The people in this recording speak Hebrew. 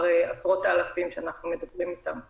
עשרות האלפים שאנחנו מדברים איתם ב-sms.